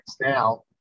now